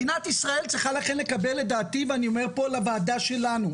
מדינת ישראל צריכה לדעתי ואני אומר פה לוועדה שלנו,